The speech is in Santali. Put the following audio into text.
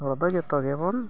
ᱦᱚᱲ ᱫᱚ ᱡᱚᱛᱚᱜᱮᱵᱚᱱ